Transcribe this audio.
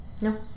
no